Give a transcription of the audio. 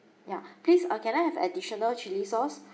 ya please uh can I have additional chili sauce